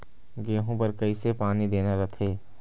गेहूं बर कइसे पानी देना रथे?